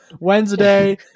Wednesday